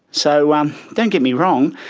so um don't get me wrong,